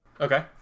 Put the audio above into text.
Okay